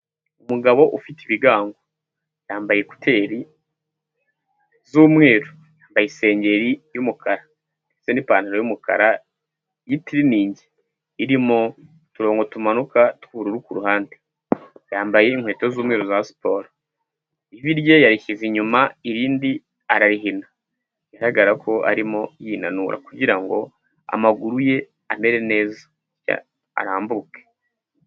Umugabo ufite ibigango, yambaye ekuteri z'umweru, yambaye isengeri y'umukara ndetse n'ipantaro y'umukara y'itiriningi, irimo uturongo tumanuka tw'ubururu ku ruhande. Yambaye inkweto z'umweru za siporo, ivi rye yarishyize inyuma irindi ararihina, bigaragara ko arimo yinanura kugira ngo amaguru ye amere neza arambuke.